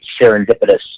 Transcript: serendipitous